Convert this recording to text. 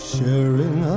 Sharing